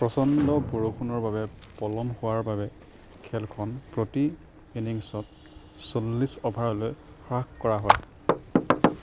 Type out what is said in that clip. প্ৰচণ্ড বৰষুণৰ বাবে পলম হোৱাৰ বাবে খেলখন প্ৰতি ইনিংছত চল্লিছ অভাৰলৈ হ্ৰাস কৰা হয়